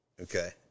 Okay